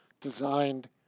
designed